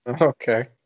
Okay